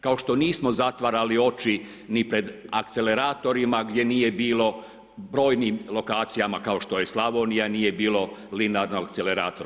Kao što nismo zatvarali oči ni pred akceleratorima gdje nije bilo brojnim lokacijama kao što je Slavonija, nije bilo linearnog akceleratora.